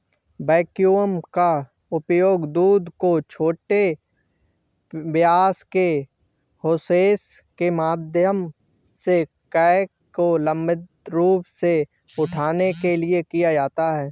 vacuum का उपयोग दूध को छोटे व्यास के होसेस के माध्यम से कैन में लंबवत रूप से उठाने के लिए किया जाता है